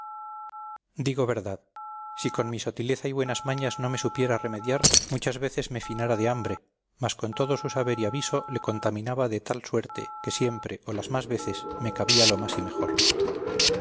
digo verdad si con mi sotileza y buenas mañas no me supiera remediar muchas veces me finara de hambre mas con todo su saber y aviso le contaminaba de tal suerte que siempre o las más veces me cabía lo más y mejor